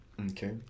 Okay